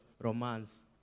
romance